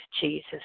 Jesus